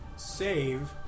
save